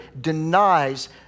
denies